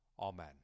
Amen